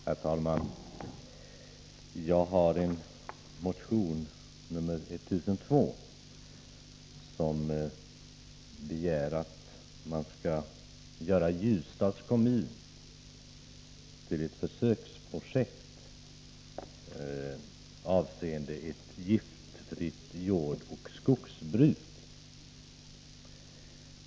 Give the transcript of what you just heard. Herr talman! Jag har väckt en motion, nr 1002, där jag begärt att till Ljusdals kommun skall förläggas ett försöksprojekt avseende ett giftfritt jordoch skogsbruk.